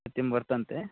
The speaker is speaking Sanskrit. सत्यं वर्तन्ते